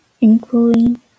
including